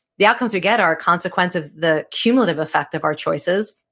the outcomes you get are consequence of the cumulative effect of our choices.